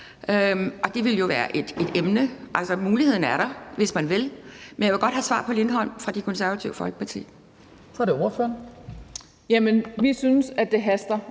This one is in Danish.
Det ville jo være et emne. Altså, muligheden er der, hvis man vil. Men jeg vil godt have et svar fra De Konservative på det